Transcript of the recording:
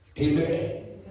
Amen